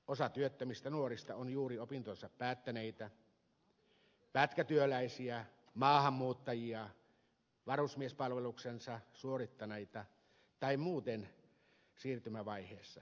osa työttömistä nuorista on juuri opintonsa päättäneitä pätkätyöläisiä maahanmuuttajia varusmiespalveluksensa suorittaneita tai muuten siirtymävaiheessa